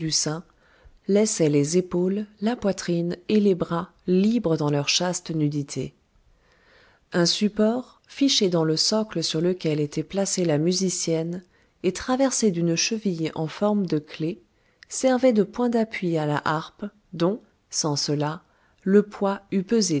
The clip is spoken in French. laissait les épaules la poitrine et les bras libres dans leur chaste nudité un support fiché dans le socle sur lequel était placée la musicienne et traversé d'une cheville en forme de clef servait de point d'appui à la harpe dont sans cela le poids eût pesé